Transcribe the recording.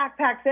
backpacks